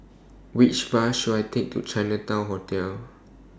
Which Bus should I Take to Chinatown Hotel